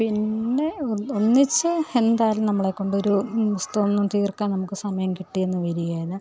പിന്നെ ഒന്നിച്ച് എന്തായാലും നമ്മളെ കൊണ്ട് ഒരു പുസ്തകമൊന്നും തീർക്കാൻ നമുക്ക് സമയം കിട്ടിയെന്ന് വരികയില്ല